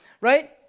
right